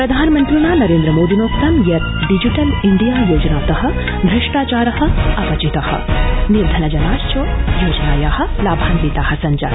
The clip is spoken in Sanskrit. प्रधानमन्त्रिणा नरेन्द्रमोदिनोक्तं यत् डिजिटल इंडिया योजनात भ्रष्टाचार अपचित निर्धनजना च सेवाया लाभान्विता सब्जाता